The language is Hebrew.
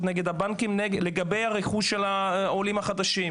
נגד הבנקים לגבי הרכוש של העולים החדשים,